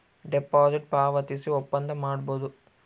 deposit ಪಾವತಿಸಿ ಒಪ್ಪಂದ ಮಾಡಬೋದು